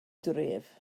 dref